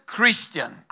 Christian